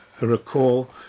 recall